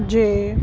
जे